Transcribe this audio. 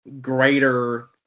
greater